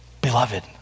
Beloved